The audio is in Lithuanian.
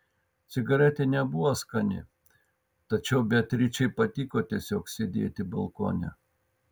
cigaretė nebuvo skani tačiau beatričei patiko tiesiog sėdėti balkone